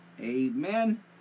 Amen